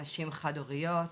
נשים חד הוריות,